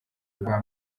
rwa